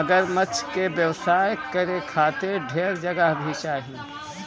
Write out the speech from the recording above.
मगरमच्छ के व्यवसाय करे खातिर ढेर जगह भी चाही